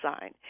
sign